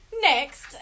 next